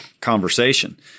conversation